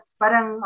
parang